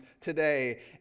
today